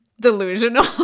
delusional